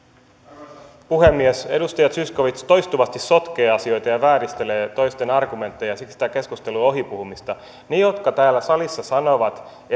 arvoisa puhemies edustaja zyskowicz toistuvasti sotkee asioita ja vääristelee toisten argumentteja siksi tämä keskustelu on ohipuhumista ne jotka täällä salissa sanovat